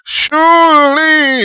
surely